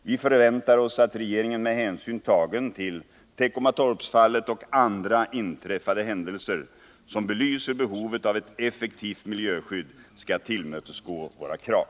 Vi förväntar oss att regeringen med hänsyn tagen till Teckomatorpsfallet och andra inträffade händelser, som belyser behovet av ett effektivt miljöskydd, skall tillmötesgå våra krav.